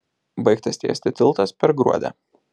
baigtas tiesti tiltas per gruodę